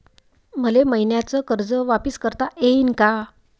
मले मईन्याचं कर्ज वापिस करता येईन का?